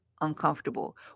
uncomfortable